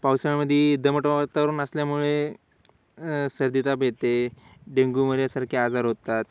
पावसाळ्यामध्ये दमट वातावरण असल्यामुळे सर्दीताप येते डेंगू मलेरियासारखे आजार होतात